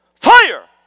Fire